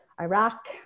Iraq